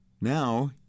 now